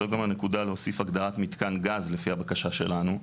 זאת גם הנקודה להוסיף הגדרת מתקן גז לפי הבקשה שלנו.